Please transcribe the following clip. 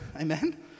amen